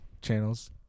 channels